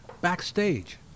backstage